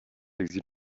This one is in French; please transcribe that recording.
exil